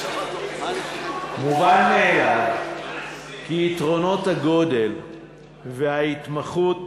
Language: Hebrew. מובן מאליו שיתרונות הגודל וההתמחות